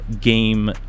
game